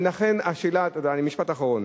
משפט אחרון.